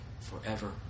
forever